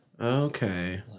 Okay